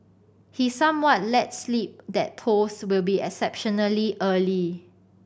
he somewhat let slip that polls will be exceptionally early